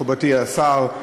מכובדי השר,